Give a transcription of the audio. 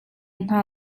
hna